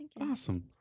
awesome